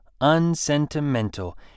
unsentimental